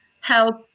help